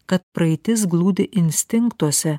kad praeitis glūdi instinktuose